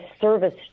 service